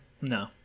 no